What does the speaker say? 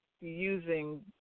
using